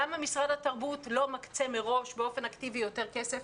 למה משרד התרבות לא מקצה מראש באופן אקטיבי יותר כסף,